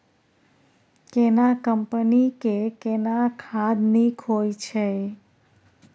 केना कंपनी के केना खाद नीक होय छै?